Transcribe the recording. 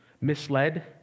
misled